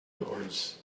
doors